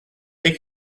take